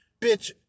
Bitch